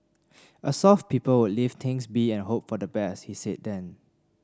a soft people would leave things be and hope for the best he said then